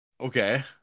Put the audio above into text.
Okay